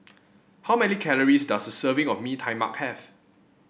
how many calories does a serving of Mee Tai Mak have